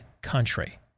country